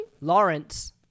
Lawrence